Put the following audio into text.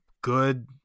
good